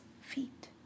feet